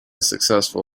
successful